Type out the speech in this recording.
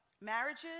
marriages